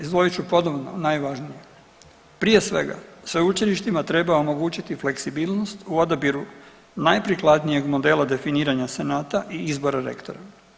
Izdvojit ću ponovno najvažnije, prije svega sveučilištima treba omogućiti fleksibilnost u odabiru najprikladnijeg modela definiranja senata i izbora rektora.